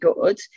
good